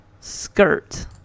skirt